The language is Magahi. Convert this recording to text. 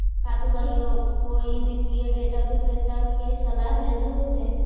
का तु कहियो कोई वित्तीय डेटा विक्रेता के सलाह लेले ह?